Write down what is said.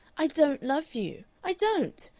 i don't love you. i don't.